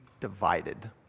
divided